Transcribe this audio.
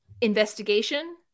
investigation